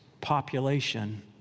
population